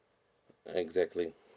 exactly